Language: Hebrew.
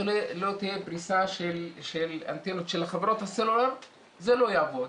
של חברות הסלולר זה לא יעבוד.